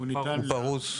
הוא פרוס.